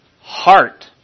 heart